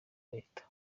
leta